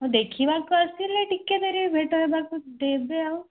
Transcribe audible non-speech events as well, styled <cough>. ହଁ ଦେଖିବାକୁ ଆସିଲେ ଟିକେ <unintelligible> ଭେଟ ହେବାକୁ ଦେବେ ଆଉ